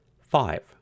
Five